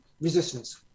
resistance